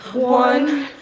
one,